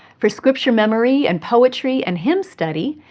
for scripture memory, and poetry, and hymn study,